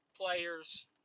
players